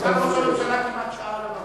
סגן ראש הממשלה כמעט שעה על הבמה.